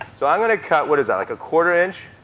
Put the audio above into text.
so i'm going to cut, what is that, like a quarter inch.